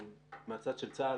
מהצד של צה"ל,